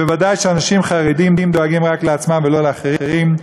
ובוודאי שאנשים חרדים דואגים רק לעצמם ולא לאחרים,